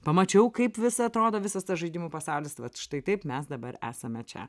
pamačiau kaip visa atrodo visas tas žaidimų pasaulis vat štai taip mes dabar esame čia